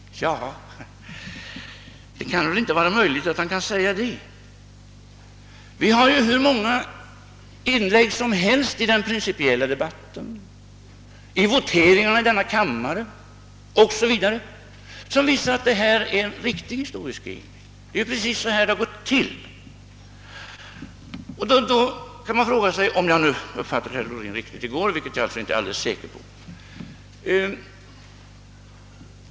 Det kan inte vara möjligt att han vill hävda detta. Hur många inlägg som helst i den principiella debatten, voteringarna 1 denna kammare o.s.v. visar att det är en riktig historieskrivning som jag gjort, precis så har det gått till. Då vill jag ställa en fråga — om jag uppfattade herr Ohlin riktigt i går, vilket inte är alldeles säkert.